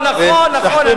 נכון, נכון, נכון.